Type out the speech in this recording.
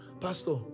pastor